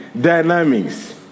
dynamics